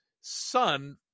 son